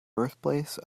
birthplace